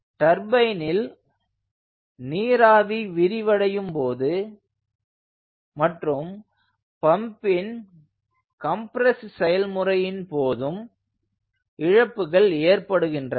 டர்பைனில் நீராவி விரிவடையும் போது மற்றும் பம்பின் கம்ப்ரெஸ் செயல்முறையின் போதும் இழப்புகள் ஏற்படுகின்றன